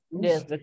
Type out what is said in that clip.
Yes